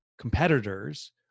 competitors